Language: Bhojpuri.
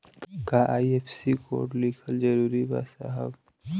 का आई.एफ.एस.सी कोड लिखल जरूरी बा साहब?